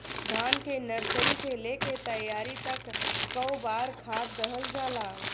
धान के नर्सरी से लेके तैयारी तक कौ बार खाद दहल जाला?